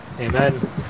Amen